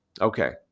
Okay